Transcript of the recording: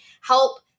help